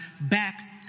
back